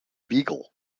beagle